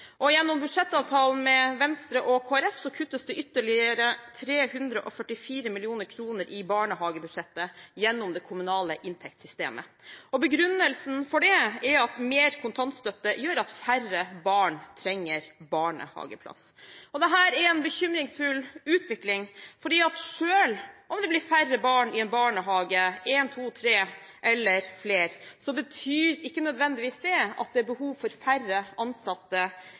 og gjennom budsjettavtalen med Venstre og Kristelig Folkeparti kuttes det ytterligere 344 mill. kr i barnehagebudsjettet gjennom det kommunale inntektssystemet. Begrunnelsen for det er at mer kontantstøtte gjør at færre barn trenger barnehageplass. Dette er en bekymringsfull utvikling. Selv om det blir færre barn i en barnehage – én, to, tre, eller flere – betyr ikke nødvendigvis det at det er behov for færre ansatte,